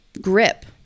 grip